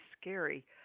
scary